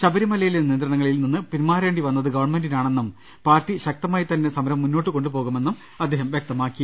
ശബരിമലയിലെ നിയന്ത്രണങ്ങളിൽ നിന്ന് പിൻമാറേണ്ടിവന്നത് ഗവൺമെന്റിനാണെന്നും പാർട്ടി ശക്തമായി തന്നെ സമരം മുന്നോട്ട് കൊണ്ടുപോകുമെന്നും അദ്ദേഹം വ്യക്തമാക്കി